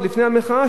עוד לפני המחאה,